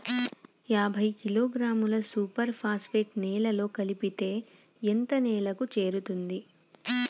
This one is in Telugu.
యాభై కిలోగ్రాముల సూపర్ ఫాస్ఫేట్ నేలలో కలిపితే ఎంత నేలకు చేరుతది?